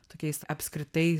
tokiais apskritai